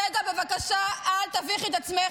--- צגה, בבקשה, אל תביכי את עצמך.